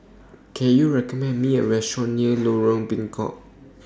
Can YOU recommend Me A Restaurant near Lorong Bengkok